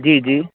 जी जी